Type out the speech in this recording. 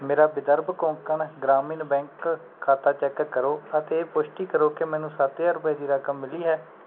ਮੇਰਾ ਵਿਦਰਭ ਕੋਂਕਣ ਗ੍ਰਾਮੀਣ ਬੈਂਕ ਖਾਤਾ ਚੈੱਕ ਕਰੋ ਅਤੇ ਇਹ ਪੁਸ਼ਟੀ ਕਰੋ ਕਿ ਮੈਨੂੰ ਸੱਤ ਹਜ਼ਾਰ ਰੁਪਏ ਦੀ ਰਕਮ ਮਿਲੀ ਹੈ